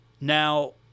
now